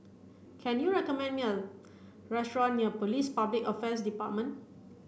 can you recommend me a restaurant near Police Public Affairs Department